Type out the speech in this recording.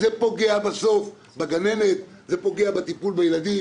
זה פוגע בסוף בגננת, זה פוגע בטיפול בילדים.